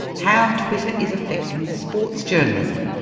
how twitter is affecting sports journalism.